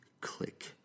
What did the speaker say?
click